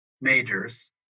majors